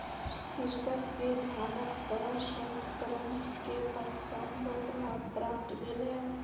कृषक के धानक प्रसंस्करण के पश्चात बहुत लाभ प्राप्त भेलै